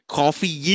coffee